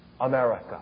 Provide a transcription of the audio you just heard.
America